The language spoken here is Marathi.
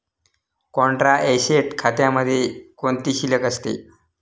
कॉन्ट्रा ऍसेट खात्यामध्ये कोणती शिल्लक असते?